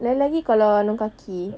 lagi-lagi kalau yang kaki